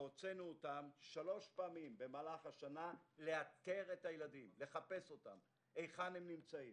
והוצאנו אותם שלוש פעמים במהלך השנה לאתר את הילדים היכן הם נמצאים,